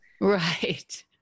Right